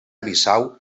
bissau